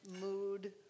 mood